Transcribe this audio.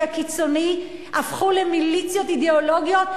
הקיצוני הפכו למיליציות אידיאולוגיות,